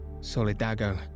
solidago